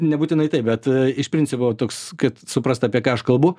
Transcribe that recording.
nebūtinai taip bet iš principo toks kad suprast apie ką aš kalbu